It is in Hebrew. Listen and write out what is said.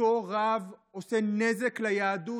אותו רב עושה נזק ליהדות.